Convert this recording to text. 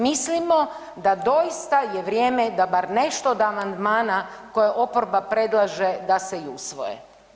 Mislimo da je doista je vrijeme da bar nešto od amandmana koje oporba predlaže da se i usvoje.